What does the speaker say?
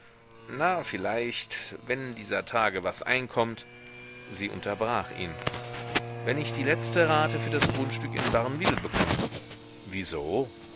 na vielleicht wenn dieser tage was einkommt sie unterbrach ihn wenn ich die letzte rate für das grundstück in barneville bekomme wieso